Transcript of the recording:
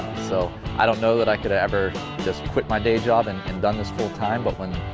so i don't know that i could ever just quit my day job and and done this full time. but when.